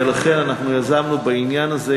ולכן אנחנו יזמנו בעניין הזה,